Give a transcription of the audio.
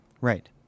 Right